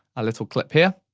a little clip here,